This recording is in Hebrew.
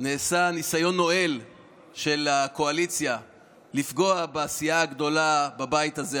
נעשה ניסיון נואל של הקואליציה לפגוע בסיעה הגדולה בבית הזה,